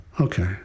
Okay